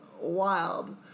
wild